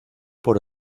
por